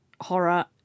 horror